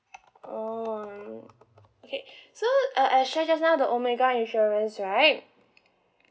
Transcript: mm okay so uh I share just now the omega insurance right